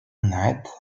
night